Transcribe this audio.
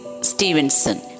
Stevenson